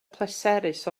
pleserus